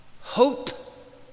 hope